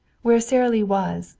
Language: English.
whereas sara lee was,